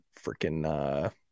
freaking